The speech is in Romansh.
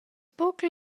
buca